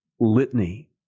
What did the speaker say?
litany